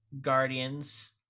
Guardians